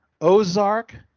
Ozark